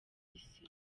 isi